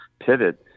pivot